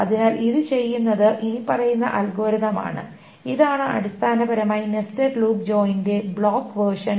അതിനാൽ ഇത് ചെയ്യുന്നത് ഇനിപ്പറയുന്ന അൽഗോരിതം ആണ് ഇതാണ് അടിസ്ഥാനപരമായി നെസ്റ്റഡ് ലൂപ്പ് ജോയിന്റെ ബ്ലോക്ക് വേർഷൻ